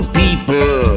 people